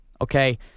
Okay